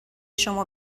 شما